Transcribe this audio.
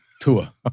Tua